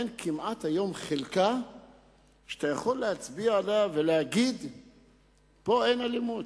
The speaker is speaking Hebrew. היום אין כמעט חלקה שאתה יכול להצביע עליה ולהגיד שפה אין אלימות.